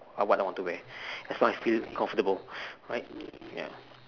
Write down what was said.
what I want to wear as long I feel comfortable right ya